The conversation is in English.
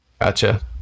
gotcha